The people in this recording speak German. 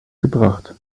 gebracht